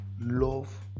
love